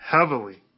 heavily